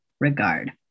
regard